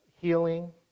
healing